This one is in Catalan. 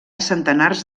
centenars